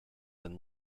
than